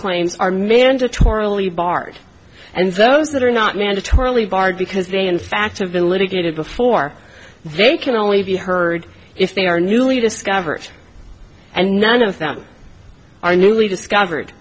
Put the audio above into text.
claims are made under torah lee bart and those that are not mandatorily barred because they in fact have been litigated before they can only be heard if they are newly discovered and none of them are newly discovered